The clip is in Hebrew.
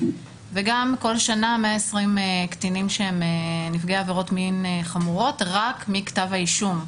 וגם בכל שנה 120 קטינים שהם נפגעי עבירות מין חמורות רק מכתב האישום.